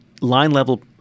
line-level